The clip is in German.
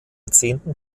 zehnten